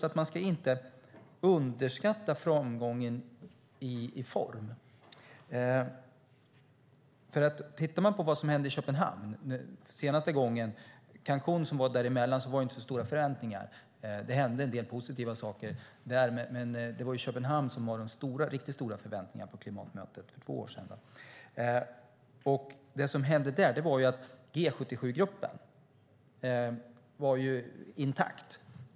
Man ska inte underskatta framgången i form. Tittar vi på vad som hände i Köpenhamn, på det senaste mötet - Cancúnmötet var däremellan, men förändringarna var inte särskilt stora, även om det hände en del positiva saker - ser vi att förväntningarna var stora för två år sedan. Då var G77-gruppen intakt.